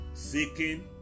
Seeking